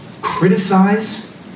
criticize